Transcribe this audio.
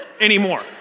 anymore